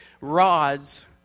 rods